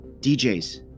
DJs